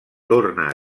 torna